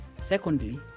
secondly